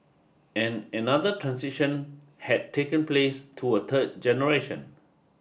and another transition had taken place to a third generation